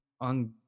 on